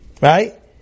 Right